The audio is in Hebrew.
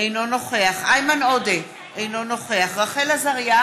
אינו נוכח איימן עודה, אינו נוכח רחל עזריה,